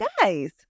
guys